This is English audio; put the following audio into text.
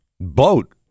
boat